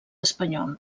espanyol